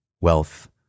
wealth